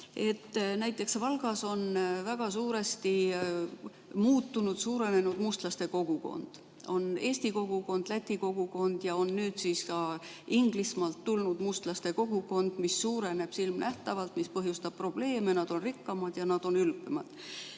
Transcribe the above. Näiteks Valgas on väga suuresti muutunud, suurenenud mustlaste kogukond. On Eesti kogukond, Läti kogukond ja nüüd siis ka Inglismaalt tulnud mustlaste kogukond, mis suureneb silmnähtavalt. See põhjustab probleeme, nad on rikkamad ja nad on